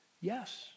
Yes